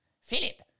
Philip